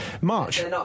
March